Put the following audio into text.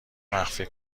مخفی